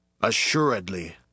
Assuredly